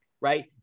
Right